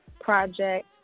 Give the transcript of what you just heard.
project